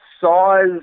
Size